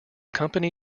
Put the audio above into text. company